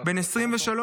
בן 23,